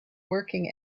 working